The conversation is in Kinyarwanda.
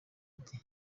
ati